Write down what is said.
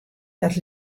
dat